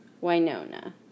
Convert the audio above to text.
Winona